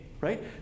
right